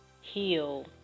heal